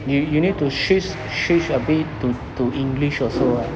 you you need to switch switch a bit to to english also ah